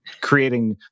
creating